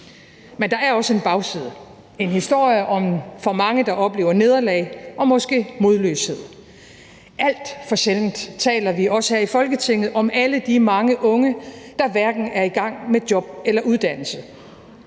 Men der er også en bagside, en historie om for mange, der oplever nederlag og måske modløshed. Alt for sjældent taler vi, det gælder også her i Folketinget, om alle de mange unge, der hverken er i gang med job eller uddannelse.